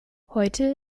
heute